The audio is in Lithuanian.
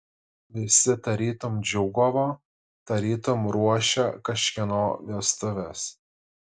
visi tarytum džiūgavo tarytum ruošė kažkieno vestuves